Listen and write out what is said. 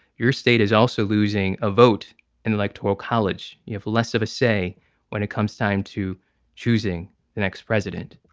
your state is also losing a vote in the electoral college. you have less of a say when it comes time to choosing the next president